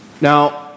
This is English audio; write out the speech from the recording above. Now